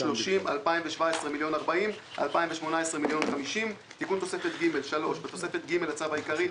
2017 1,040,000 2018 1,050,000 תיקון תוספת ג' 3. בתוספת ג' לצו העיקרי,